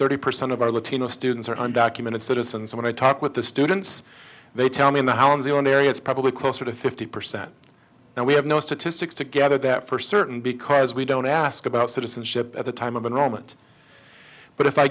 thirty percent of our latino students are undocumented citizens when i talk with the students they tell me in the how and the one area is probably closer to fifty percent now we have no statistics to gather that for certain because we don't ask about citizenship at the time of and moment but if i